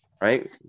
right